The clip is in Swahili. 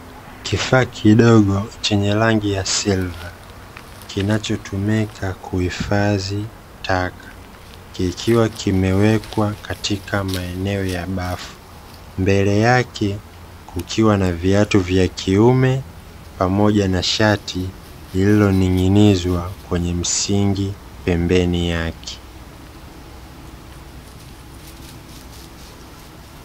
Kifaa kidogo chenye rangi ya siliva, kinachotumika kuhifadhi taka, kikiwa kimeweka katika maeneo ya bafu, mbele yake kukiwa na viatu vya kiume pamoja na shati lililoning'inizwa kwenye msingi pembeni yake.